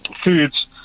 foods